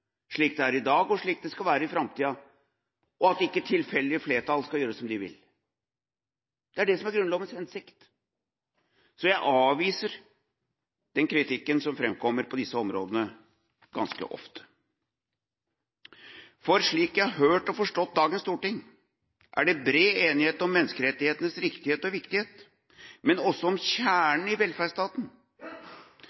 slik det er i dag, og slik det skal være i framtida, og at ikke tilfeldige flertall skal gjøre som de vil? Det er det som er Grunnlovens hensikt. Så jeg avviser kritikken som framkommer på disse områdene, ganske ofte. For slik jeg har hørt og forstått dagens storting, er det bred enighet om menneskerettighetenes riktighet og viktighet, men også om